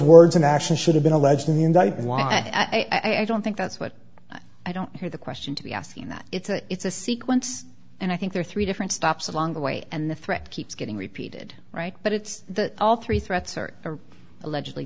words and actions should have been alleged me and i why i don't think that's what i don't hear the question to be asking that it's a it's a sequence and i think there are three different stops along the way and the threat keeps getting repeated right but it's the all three threats or are allegedly